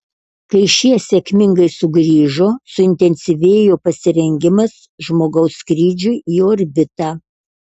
kai šie sėkmingai sugrįžo suintensyvėjo pasirengimas žmogaus skrydžiui į orbitą